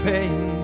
Pain